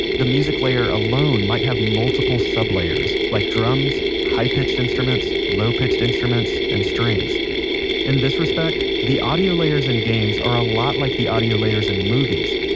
the music layer alone might have multiple sublayers like drums, high pitched instruments, low pitched instruments, and strings in this respect, the audio layers in games are a lot like the audio layers in movies,